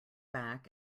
back